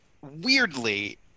weirdly